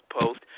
post